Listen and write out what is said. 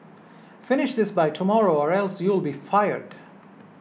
finish this by tomorrow or else you'll be fired